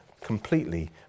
completely